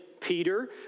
Peter